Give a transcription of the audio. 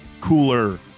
cooler